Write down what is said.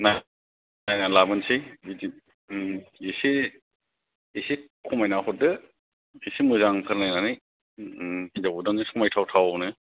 नायनानै लाबोनोसै बिदि उम एसे एसे खमाय नानै हरदो एसे मोजांफोर नायनानै उम हिन्जाव गोदान जों समायथाव थावनो